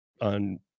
on